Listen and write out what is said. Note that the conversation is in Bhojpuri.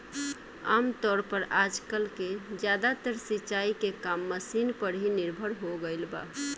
आमतौर पर आजकल के ज्यादातर सिंचाई के काम मशीन पर ही निर्भर हो गईल बा